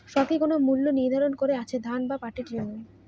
সরকারি কোন মূল্য নিধারন করা আছে ধান বা পাটের জন্য?